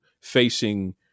facing